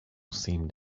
seemed